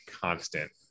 constant